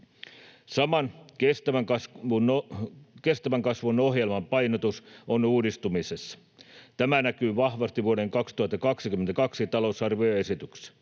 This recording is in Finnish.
Suomen kestävän kasvun ohjelman painotus on uudistumisessa. Tämä näkyy vahvasti vuoden 2022 talousarvioesityksessä.